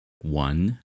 one